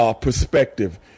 perspective